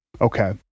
okay